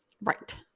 Right